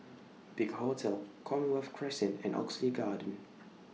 Big Hotel Commonwealth Crescent and Oxley Garden